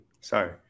Sorry